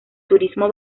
turismo